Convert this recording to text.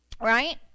Right